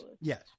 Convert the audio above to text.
yes